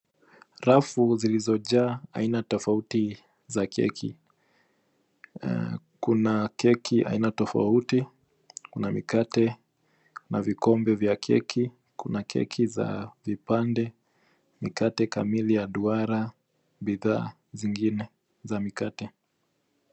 Rafu zilizojaa aina tofauti za keki. Kuna keki aina tofauti, kuna mikate, na vikombe za keki. Kuna keki za vipande, mikate kamili ya duara, bidhaa zingine za mikate.